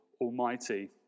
Almighty